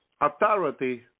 authority